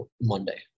Monday